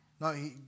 No